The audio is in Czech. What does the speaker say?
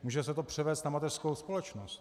Může se to převést na mateřskou společnost.